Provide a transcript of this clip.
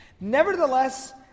Nevertheless